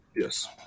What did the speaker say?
Yes